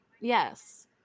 Yes